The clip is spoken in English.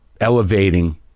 elevating